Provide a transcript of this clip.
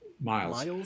miles